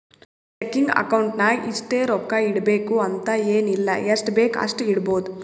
checking account ನಾಗ್ ಇಷ್ಟೇ ರೊಕ್ಕಾ ಇಡಬೇಕು ಅಂತ ಎನ್ ಇಲ್ಲ ಎಷ್ಟಬೇಕ್ ಅಷ್ಟು ಇಡ್ಬೋದ್